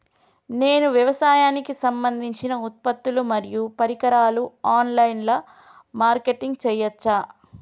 నేను వ్యవసాయానికి సంబంధించిన ఉత్పత్తులు మరియు పరికరాలు ఆన్ లైన్ మార్కెటింగ్ చేయచ్చా?